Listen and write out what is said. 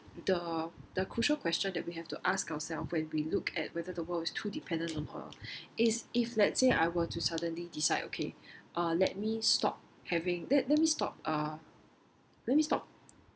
the the crucial question that we have to ask ourselves when we look at whether the world is too dependent on oil is if let's say I were to suddenly decide okay uh let me stop having let let me stop uh let me stop